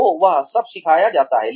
तो वह सब सिखाया जाता है